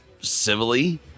civilly